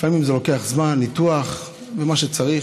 לפעמים זה לוקח זמן, ניתוח ומה שצריך.